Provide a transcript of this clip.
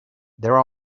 there